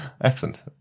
Excellent